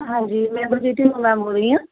ਹਾਂਜੀ ਮੈਂ ਬਲਜੀਤ ਦੀ ਮੰਮਾ ਬੋਲ ਰਹੀ ਹਾਂ